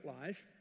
life